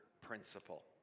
principle